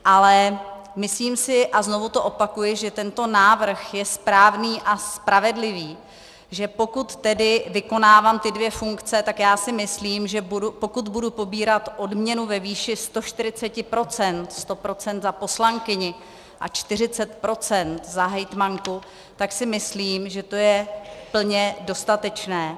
Ale myslím si a znovu to opakuji, že tento návrh je správný a spravedlivý, že pokud tedy vykonávám ty dvě funkce, tak si myslím, že pokud budu pobírat odměnu ve výši 140 %, tedy 100 % za poslankyni a 40 % za hejtmanku, tak si myslím, že to je plně dostatečné.